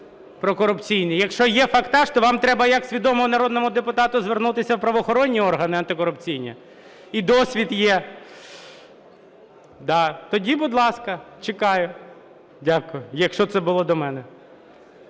про корупційні? Якщо є фактаж, то вам треба як свідомому народному депутату звернутися в правоохоронні органи антикорупційні, і досвід є. Тоді, будь ласка, чекаю. Дякую. Якщо це було до мене.